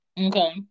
Okay